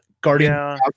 Guardian